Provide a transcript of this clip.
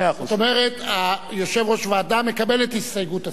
זאת אומרת, יושב-ראש הוועדה מקבל את הסתייגות השר.